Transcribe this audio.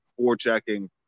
forechecking